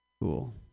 Cool